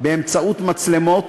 באמצעות מצלמות,